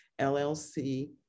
LLC